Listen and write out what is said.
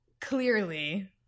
clearly